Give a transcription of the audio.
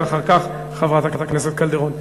ואחר כך חברת הכנסת קלדרון.